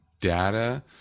data